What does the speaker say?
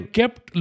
kept